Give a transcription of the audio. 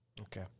Okay